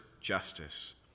justice